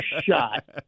shot